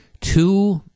two